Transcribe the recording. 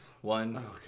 One